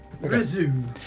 Resume